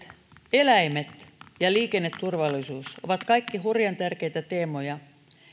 eläimet ja liikenneturvallisuus ovat kaikki hurjan tärkeitä teemoja